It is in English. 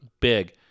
Big